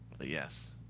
Yes